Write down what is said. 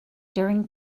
during